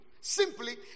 simply